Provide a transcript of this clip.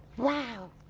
wow,